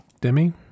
Demi